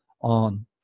On